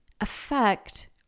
affect